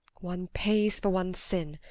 one pays for one's sin,